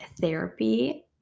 therapy